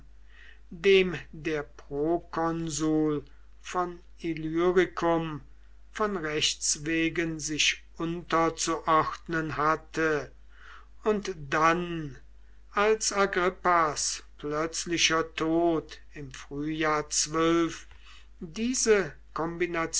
dem der prokonsul von illyricum von rechts wegen sich unterzuordnen hatte und dann als agrippas plötzlicher tod im frühjahr diese kombination